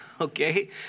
Okay